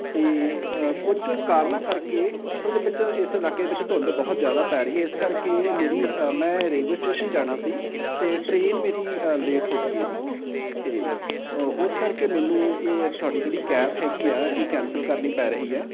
ਅਤੇ ਕੁਝ ਕਾਰਨਾਂ ਕਰਕੇ ਅਸਲ ਦੇ ਵਿੱਚ ਇਸ ਇਲਾਕੇ ਵਿੱਚ ਧੁੰਦ ਬਹੁਤ ਜ਼ਿਆਦਾ ਪੈ ਰਹੀ ਹੈ ਇਸ ਕਰਕੇ ਮੇਰੀ ਮੈਂ ਰੇਲਵੇ ਸਟੇਸ਼ਨ ਜਾਣਾ ਸੀ ਅਤੇ ਟਰੇਨ ਮੇਰੀ ਲੇਟ ਹੋ ਗਈ ਹੈ ਜੀ ਅਤੇ ਉਸ ਕਰਕੇ ਮੈਨੂੰ ਇਹ ਤੁਹਾਡੀ ਜਿਹੜੀ ਕੈਬ ਹੈਗੀ ਆ ਇਹ ਕੈਂਸਲ ਕਰਨੀ ਪੈ ਰਹੀ ਆ